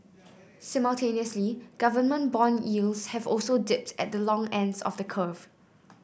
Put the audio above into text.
simultaneously government bond yields have also dipped at the long ends of the curve